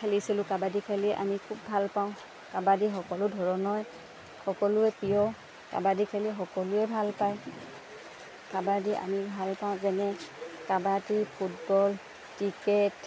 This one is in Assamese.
খেলিছিলোঁ কাবাডী খেলি আমি খুব ভাল পাওঁ কাবাডী সকলো ধৰণৰ সকলোৱে প্ৰিয় কাবাডী খেলি সকলোৱে ভাল পায় কাবাডী আমি ভাল পাওঁ যেনে কাবাডী ফুটবল ক্ৰিকেট